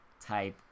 type